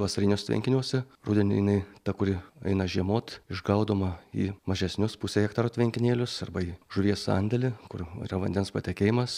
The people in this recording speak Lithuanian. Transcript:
vasariniuos tvenkiniuose rudenį jinai ta kuri eina žiemot išgaudoma į mažesnius pusę hektaro tvenkinėlius arba į žuvies sandėlį kur yra vandens patekėjimas